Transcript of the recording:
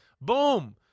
Boom